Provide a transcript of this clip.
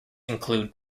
include